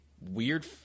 weird